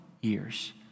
years